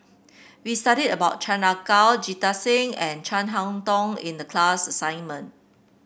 we studied about Chan Ah Kow Jita Singh and Chin Harn Tong in the class assignment